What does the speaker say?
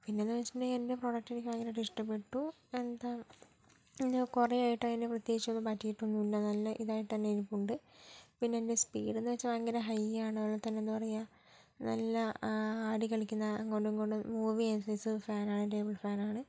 പിന്നെ എന്ന് വെച്ചിട്ടുണെങ്കിൽ എൻ്റെ പ്രൊഡക്ട് എനിക്ക് ഭയങ്കരയിട്ട് ഇഷ്ടപ്പെട്ടു എന്താ കുറെ ആയിട്ട് അതിന് പ്രത്യേകിച്ച് ഒന്നും പറ്റിട്ടൊന്നുല്ല നല്ല ഇതായിട്ട് തന്നെ ഇരിപ്പുണ്ട് പിന്നെ ഇതിൻ്റെ സ്പീഡ് എന്ന് വെച്ചാല് ഭയങ്കര ഹൈ ആണ് അതുപോലെതന്നെ എന്താ പറയാ നല്ല ആടികളിക്കുന്ന അങ്ങോട്ടും ഇങ്ങോട്ടും മൂവ് ചെയ്യുന്ന സൈസ് ഫാനാണ് ടേബിൾ ഫാനാണ്